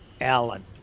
Allen